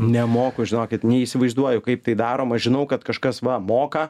nemoku žinokit neįsivaizduoju kaip tai daroma žinau kad kažkas va moka